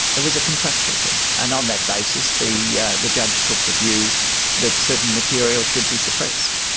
it was a contractual thing, and on that basis the yeah the judge took the view that certain materials should be suppressed.